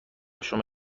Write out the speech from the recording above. شما